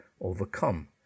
overcome